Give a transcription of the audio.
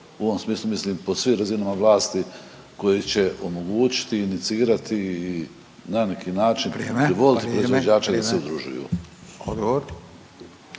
u ovom smislu mislim po svim razinama vlasti koji će omogućiti inicirati i na neki način …/Upadica Radin: